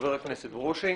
חבר הכנסת ברושי,